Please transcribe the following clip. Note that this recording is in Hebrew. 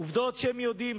עובדות שהם יודעים.